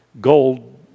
gold